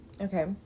Okay